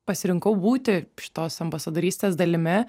pasirinkau būti šitos ambasadorystės dalimi